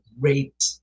great